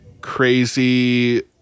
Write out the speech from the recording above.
crazy